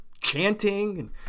chanting